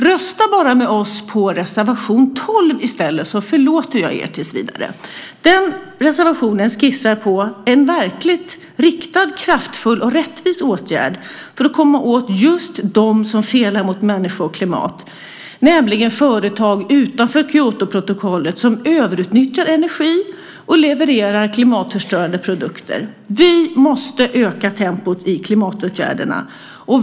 Rösta bara med oss på reservation 12 i stället, så förlåter jag er tills vidare! I den reservationen skissar vi på en verkligt riktad, kraftfull och rättvis åtgärd för att komma åt just dem som felar mot människor och klimat, nämligen företag utanför Kyotoprotokollet som överutnyttjar energi och levererar klimatförstörande produkter. Vi måste öka tempot i klimatåtgärderna.